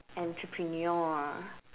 entrepreneur